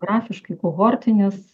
grafiškai kohortinis